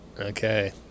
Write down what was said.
Okay